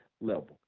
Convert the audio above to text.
level